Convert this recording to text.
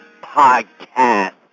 podcast